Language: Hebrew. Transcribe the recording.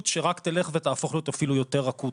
שרק תלך ותהפוך להיות אפילו יותר אקוטית,